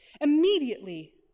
Immediately